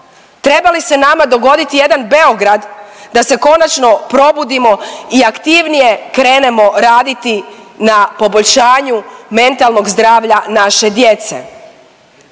Treba li se nama dogoditi jedan Beograd da se konačno probudimo i aktivnije krenemo raditi na poboljšanju mentalnog zdravlja naše djece.